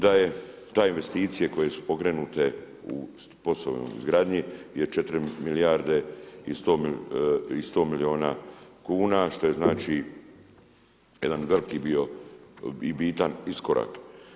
Da je, te investicije koje su pokrenute u POS-ovoj izgradnji je 4 milijarde i 100 milijuna kuna što je znači jedan veliki dio i bitan iskorak.